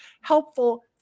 helpful